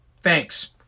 thanks